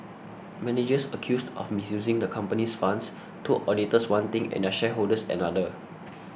managers accused of misusing the comopany's funds told auditors one thing and their shareholders another